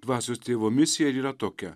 dvasios tėvo misija ir yra tokia